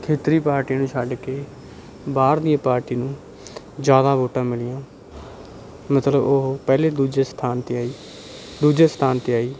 ਖੇਤਰੀ ਪਾਰਟੀ ਨੂੰ ਛੱਡ ਕੇ ਬਾਹਰ ਦੀਆਂ ਪਾਰਟੀ ਨੂੰ ਜ਼ਿਆਦਾ ਵੋਟਾਂ ਮਿਲੀਆਂ ਮਤਲਬ ਉਹ ਪਹਿਲੇ ਦੂਜੇ ਸਥਾਨ 'ਤੇ ਆਈ ਦੂਜੇ ਸਥਾਨ 'ਤੇ ਆਈ